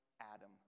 Adam